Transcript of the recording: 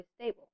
stable